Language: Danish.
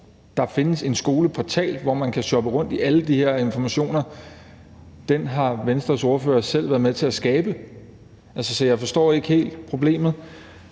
Der findes en skoleportal, hvor man kan shoppe rundt i alle de her informationer. Den har Venstres ordfører selv været med til at skabe, så jeg forstår ikke helt problemet.